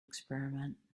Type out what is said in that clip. experiment